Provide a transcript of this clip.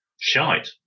shite